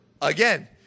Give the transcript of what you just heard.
Again